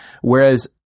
Whereas